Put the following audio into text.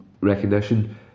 recognition